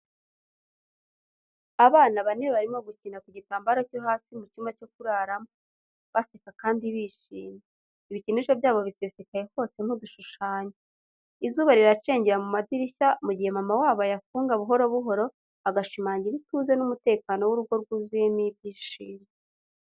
Abana bane barimo gukina ku gitambaro cyo hasi mu cyumba cyo kuraramo, baseka kandi bishimye, ibikinisho byabo bisesekaye hose nk’udushushanyo. Izuba riracengera mu madirishya mu gihe mama wabo ayafunga buhoro buhoro, agashimangira ituze n’umutekano w’urugo rwuzuyemo ibyishimo.